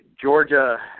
Georgia